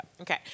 Okay